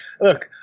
look